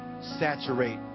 saturate